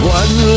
one